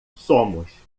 somos